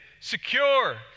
secure